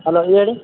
hello ಹೇಳಿ